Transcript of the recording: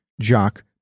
jock